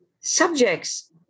subjects